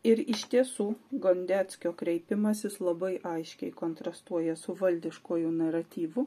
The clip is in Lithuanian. ir iš tiesų gondeckio kreipimasis labai aiškiai kontrastuoja su valdiškuoju naratyvu